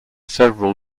several